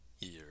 year